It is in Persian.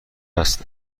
است